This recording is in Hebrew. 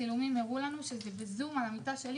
כשהפרשה התפוצצה הראו לנו בצילומים שהוא שם זום על המיטה שלי